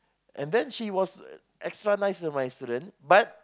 and then she was extra nice to my student but